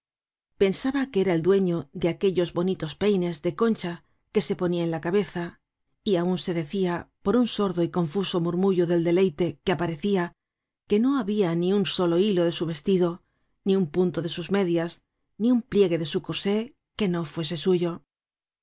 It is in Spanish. pensaba que era el dueño de aquellos bonitos peinas de concha que se ponia en la cabeza y aun se decia por un sordo y confuso murmullo del deleite que aparecia que no habia ni un solo hilo de su vestido ni un punto de sus medias ni un pliegue de su corsé que no fuese suyo